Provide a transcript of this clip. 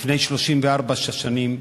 התחלנו לפני 34 שנים,